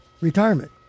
retirement